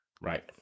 Right